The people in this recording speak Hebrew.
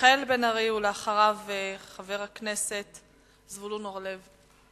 מיכאל בן-ארי, ואחריו, חבר הכנסת זבולון אורלב.